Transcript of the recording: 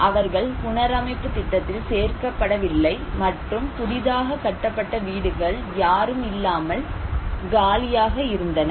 அவர்கள் புணரமைப்பு திட்டத்தில் சேர்க்கப்படவில்லை மற்றும் புதிதாக கட்டப்பட்ட வீடுகள் யாரும் இல்லாமல் காலியாக இருந்தன